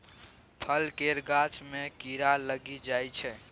फल केर गाछ मे कीड़ा लागि जाइ छै